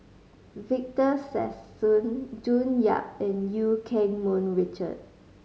Victor Sassoon June Yap and Eu Keng Mun Richard